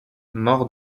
more